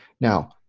Now